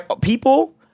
people